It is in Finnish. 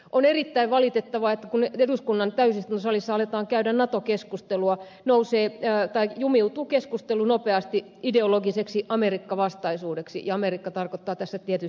on erittäin valitettavaa että kun eduskunnan täysistuntosalissa aletaan käydä nato keskustelua jumiutuu keskustelu nopeasti ideologiseksi amerikka vastaisuudeksi ja amerikka tarkoittaa tässä tietysti yhdysvaltoja